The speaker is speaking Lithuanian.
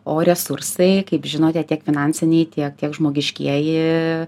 o resursai kaip žinote tiek finansiniai tiek tiek žmogiškieji